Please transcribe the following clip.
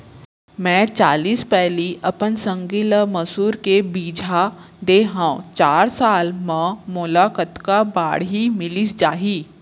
मैं चालीस पैली अपन संगी ल मसूर के बीजहा दे हव चार साल म मोला कतका बाड़ही मिलिस जाही?